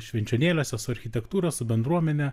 švenčionėliuose su architektūra su bendruomene